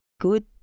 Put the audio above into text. good